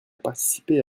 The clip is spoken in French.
participer